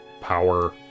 power